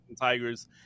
Tigers